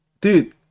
dude